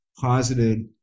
posited